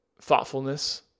thoughtfulness